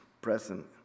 present